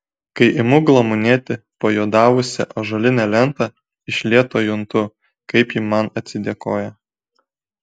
kai imu glamonėti pajuodavusią ąžuolinę lentą iš lėto juntu kaip ji man atsidėkoja